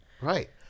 Right